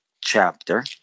chapter